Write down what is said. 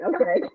Okay